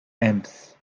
ends